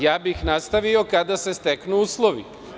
Ja bih nastavio kada se steknu uslovi.